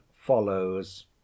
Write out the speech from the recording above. follows